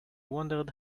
wondered